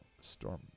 storm